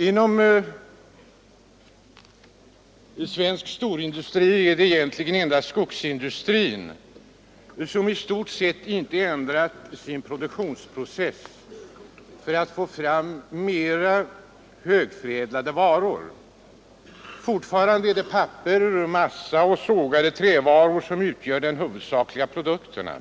Inom svensk storindustri är det egentligen endast skogsindustrin som i stort sett inte har ändrat sin produktionsprocess för att få fram mera högförädlade varor. Fortfarande är det papper, massa och sågade trävaror som utgör de huvudsakliga produkterna.